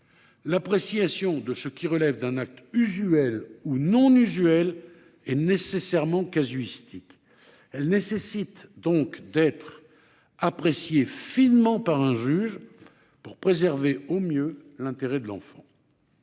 l'appréciation de ce qui relève d'un acte usuel ou non usuel est nécessairement casuistique. Elle nécessite donc d'être appréciée finement par un juge pour préserver au mieux l'intérêt de l'enfant.